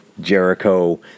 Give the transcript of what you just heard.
Jericho